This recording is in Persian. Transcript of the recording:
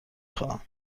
خواهم